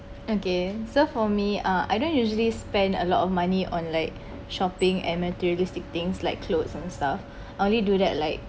okay so for me uh I don’t usually spend a lot of money on like shopping and materialistic things like clothes and stuff only do that like